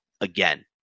again